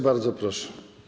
Bardzo proszę.